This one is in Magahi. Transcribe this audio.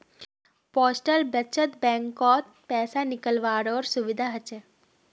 पोस्टल बचत बैंकत पैसा निकालावारो सुविधा हछ